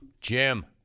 Jim